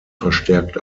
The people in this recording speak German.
verstärkt